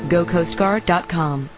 GoCoastGuard.com